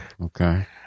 Okay